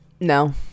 no